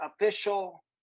official